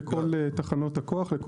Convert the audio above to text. תחנות הכוח של הגז?